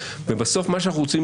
ובסוף מה שאנחנו רוצים,